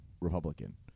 Republican